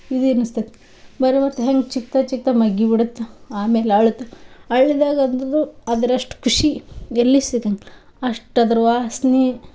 ಇದು ಅನಿಸ್ತತಿ ಬರುವತ್ ಹೆಂಗೆ ಚಿಕ್ಕ ಚಿಕ್ದ ಮಗ್ಗಿ ಬಿಡುತ್ತ ಆಮೇಲೆ ಅರಳ್ತಾ ಅರಳ್ದಾಗ ಅಂದ್ರದು ಅದ್ರಷ್ಟು ಖುಷಿ ಎಲ್ಲಿ ಸಿಗಂಗಿಲ್ಲ ಅಷ್ಟು ಅದ್ರ ವಾಸ್ನೆ